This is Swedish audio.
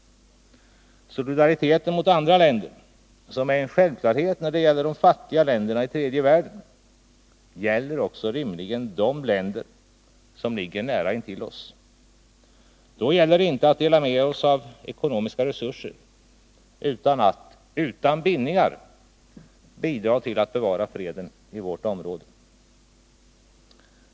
Solidariteten mot andra länder, som är en självklarhet när det gäller de fattiga länderna i tredje världen, gäller också rimligen de länder som ligger nära intill oss. Då är det inte fråga om att vi skall dela med oss av resurser; det är fråga om att vi — utan bindningar — skall bidra till att bevara freden i vårt område.